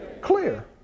clear